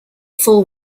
full